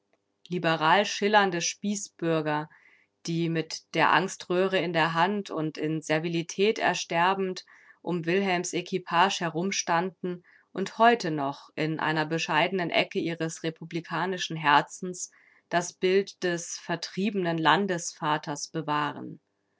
liberal schillernde spießbürger die mit der angströhre in der hand und in servilität ersterbend um wilhelms equipage herumstanden und heute noch in einer bescheidenen ecke ihres republikanischen herzens das bild des vertriebenen landesvaters bewahren